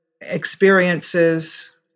experiences